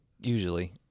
Usually